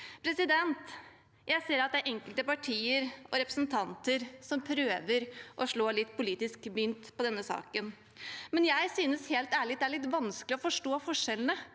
grad. Jeg ser at det er enkelte partier og representanter som prøver å slå litt politisk mynt på denne saken. Jeg synes helt ærlig det er litt vanskelig å forstå forskjellene,